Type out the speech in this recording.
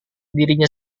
dirinya